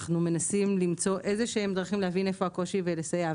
אנחנו מנסים למצוא איזה שהן דרכים להבין איפה הקושי ולסייע,